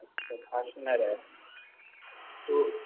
अच्छा फारचुनर है तो